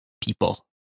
people